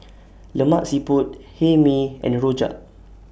Lemak Siput Hae Mee and Rojak